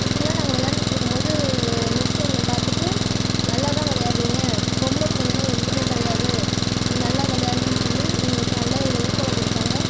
இப்படியெலாம் நாங்கள் விளாண்டிட்டு இருக்கும் போது மிஸ் எங்களை பார்த்துட்டு நல்லா தான் விளையாடறீங்க பொம்பளை பிள்ளைங்கல்லாம் எதுக்குமே கிடையாது நல்லா விளையாடணும்னு சொல்லி எங்களுக்கு நல்லா ஊக்கம் கொடுத்தாங்க